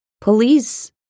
police